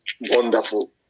Wonderful